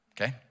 okay